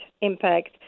impact